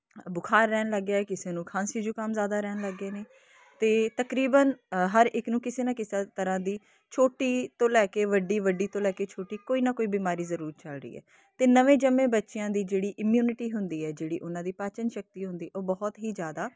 ਬੁਖਾਰ ਰਹਿਣ ਲੱਗ ਗਿਆ ਕਿਸੇ ਨੂੰ ਖਾਂਸੀ ਜ਼ੁਕਾਮ ਜ਼ਿਆਦਾ ਰਹਿਣ ਲੱਗ ਗਏ ਨੇ ਅਤੇ ਤਕਰੀਬਨ ਹਰ ਇੱਕ ਨੂੰ ਕਿਸੇ ਨਾ ਕਿਸੇ ਤਰ੍ਹਾਂ ਦੀ ਛੋਟੀ ਤੋਂ ਲੈ ਕੇ ਵੱਡੀ ਵੱਡੀ ਤੋਂ ਲੈ ਕੇ ਛੋਟੀ ਕੋਈ ਨਾ ਕੋਈ ਬਿਮਾਰੀ ਜ਼ਰੂਰ ਚੱਲ ਰਹੀ ਹੈ ਅਤੇ ਨਵੇਂ ਜੰਮੇ ਬੱਚਿਆਂ ਦੀ ਜਿਹੜੀ ਇੰਮੀਊਨਟੀ ਹੁੰਦੀ ਹੈ ਜਿਹੜੀ ਉਹਨਾਂ ਦੀ ਪਾਚਣ ਸ਼ਕਤੀ ਹੁੰਦੀ ਉਹ ਬਹੁਤ ਹੀ ਜ਼ਿਆਦਾ